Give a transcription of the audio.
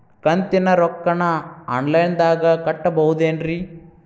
ಕಂತಿನ ರೊಕ್ಕನ ಆನ್ಲೈನ್ ದಾಗ ಕಟ್ಟಬಹುದೇನ್ರಿ?